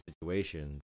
situations